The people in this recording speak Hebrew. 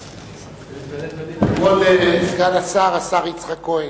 כבוד סגן השר, השר יצחק כהן,